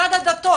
משרד הדתות,